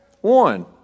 One